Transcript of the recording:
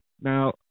Now